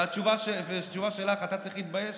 והתשובה שלך: אתה צריך להתבייש.